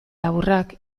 laburrak